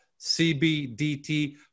CBDT